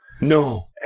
No